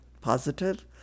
positive